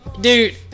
Dude